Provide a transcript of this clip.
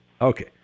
Okay